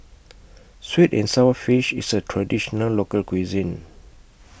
Sweet and Sour Fish IS A Traditional Local Cuisine